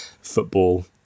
football